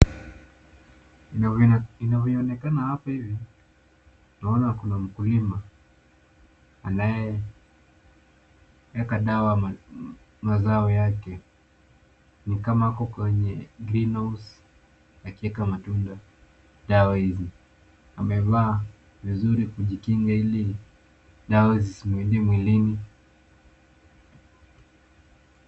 Inaonekana hapa hivi naona mkulima anayeweka madawa mazao yake ni kama ako kwenye green house akiweka kwa matunda dawa hizi, amevaa vizuri kujikinga ili dawa ziziingie mwilini.